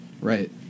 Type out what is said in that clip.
Right